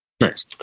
Nice